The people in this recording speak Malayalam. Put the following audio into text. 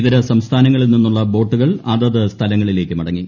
ഇതര സംസ്ഥാനങ്ങളിൽനിന്നുള്ള ബോട്ടുകൾ അതത് സ്ഥലങ്ങളിലേക്ക് മടങ്ങി